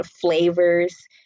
flavors